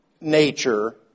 nature